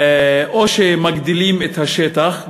או שמגדילים את השטח,